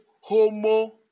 homo